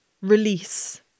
release